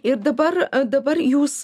ir dabar dabar jūs